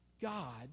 God